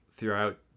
throughout